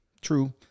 True